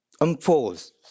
unfolds